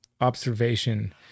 observation